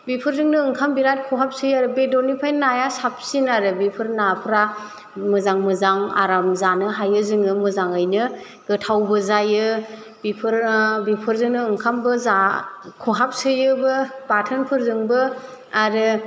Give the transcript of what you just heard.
बेफोरजोंनो ओंखाम बेराद खहाबसोयो आरो बेदरनिफ्राय नाया साबसिन आरो बेफोर नाफ्रा मोजां मोजां आराम जानो हायो जोङो मोजाङैनो गोथावबो जायो बेफोरो बेफोरजोंनो ओंखामबो जा खहाबसोयो बाथोनफोरजोंबो आरो